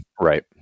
right